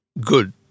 good